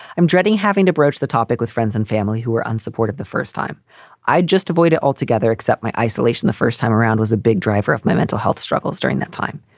i'm dreading having to broach the topic with friends and family who are unsupportive the first time i'd just avoid it altogether, except my isolation. the first time around was a big driver of my mental health struggles during that time.